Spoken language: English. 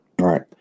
Right